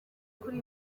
kuri